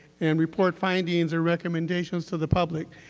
and report findings or recommendations to the public,